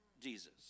Jesus